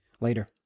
later